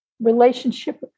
relationship